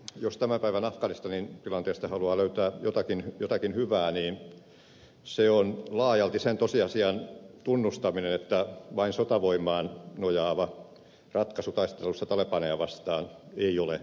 jos tämän päivän afganistanin tilanteesta haluaa löytää jotakin hyvää niin se on laajalti sen tosiasian tunnustaminen että vain sotavoimaan nojaava ratkaisu taistelussa talebaneja vastaan ei ole mahdollinen